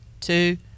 two